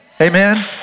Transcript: Amen